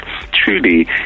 truly